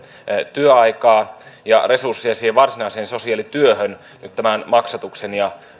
työaikaa ja resursseja siihen varsinaiseen sosiaalityöhön tämän maksatuksen ja